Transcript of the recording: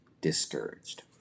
discouraged